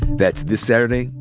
that's this saturday,